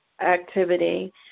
activity